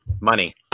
money